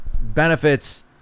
benefits